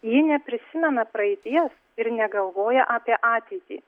ji neprisimena praeities ir negalvoja apie ateitį